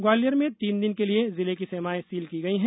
ग्वालियर में तीन दिन के लिए जिले की सीमाएं सील की गई है